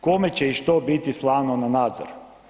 Kome će i što biti slano na nadzor?